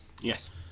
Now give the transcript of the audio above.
yes